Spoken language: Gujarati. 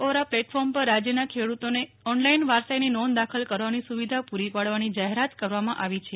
ઓરા પ્લેટફોર્મ પર રાજ્યના ખેડૂતોને ઓનલાઈન વારસાઈની નોંધ દાખલ કરવાની સુવિધા પુરી પાડવાની જાહેરાત કરવામાં આવી છે